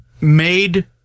made